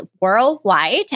worldwide